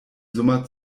summer